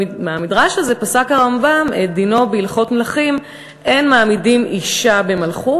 מהמדרש הזה פסק הרמב"ם את דינו בהלכות מלכים: "אין מעמידין אישה במלכות,